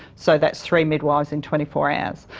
so that's three midwives in twenty four hours.